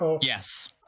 Yes